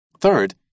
Third